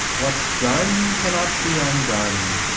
what's done cannot be undone.